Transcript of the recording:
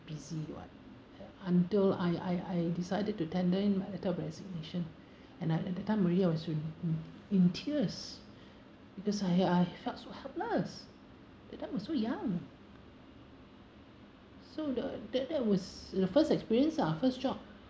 busy [what] until I I I decided to tender in my letter of resignation and I at that time already I was in tears because I I felt so helpless that time was so young so the that that was the first experience ah first job